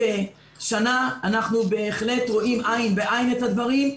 אנחנו בהחלט רואים עין בעין את הדברים.